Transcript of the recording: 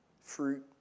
Fruit